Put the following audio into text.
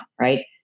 right